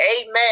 Amen